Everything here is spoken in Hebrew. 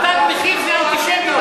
גם "תג מחיר" זה אנטישמיות.